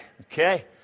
okay